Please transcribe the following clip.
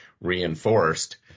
reinforced